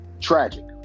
Tragic